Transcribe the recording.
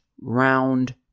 round